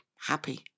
happy